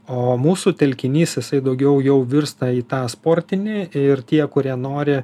o mūsų telkinys jisai daugiau jau virsta į tą sportinį ir tie kurie nori